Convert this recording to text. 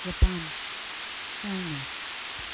Japan China